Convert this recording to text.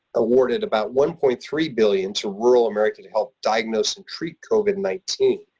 awarded about one point three billion to rural america to help diagnose and treat covid nineteen.